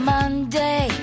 Monday